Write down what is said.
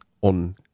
on